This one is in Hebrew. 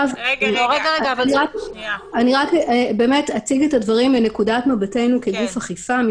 אני רק אציג את הדברים מנקודת מבטנו כגוף אכיפה,